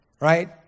right